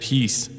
Peace